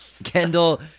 Kendall